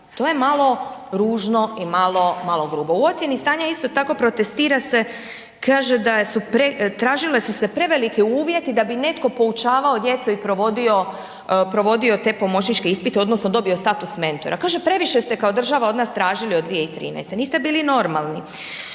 To je malo ružno i malo grubo. U ocjeni stanja isto tako protestira se, kaže tražili su se preveliki uvjeti da bi neko poučavao djecu i provodi te pomoćničke ispite odnosno dobio status mentora. Kaže previše ste kao država od nas tražili od 2013., niste bili normalni.